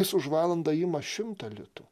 jis už valandą ima šimtą litų